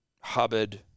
Hubbard